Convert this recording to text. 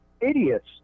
idiots